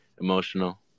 emotional